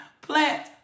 plant